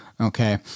okay